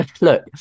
look